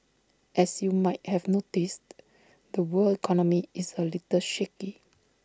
as you might have noticed the world economy is A little shaky